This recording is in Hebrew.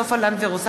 סופה לנדבר,